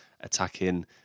attacking